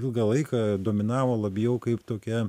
ilgą laiką dominavo labiau kaip tokia